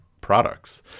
products